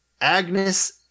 agnes